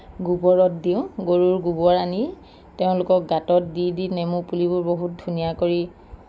গোবৰত দিওঁ গৰু গোবৰ আনি তেওঁলোকক গাতত দি দি নেমু পুলিবোৰ বহুত ধুনীয়া কৰি